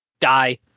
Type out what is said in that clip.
die